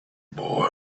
boy